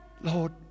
Lord